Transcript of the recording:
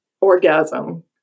orgasm